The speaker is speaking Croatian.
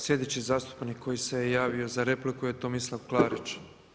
Slijedeći zastupnik koji se javio za repliku je Tomislav Klarić.